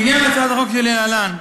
לעניין הצעת החוק שלהלן.